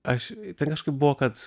aš ten kažkaip buvo kad